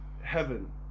heaven